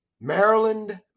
Maryland